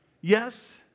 Yes